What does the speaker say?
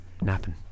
Napping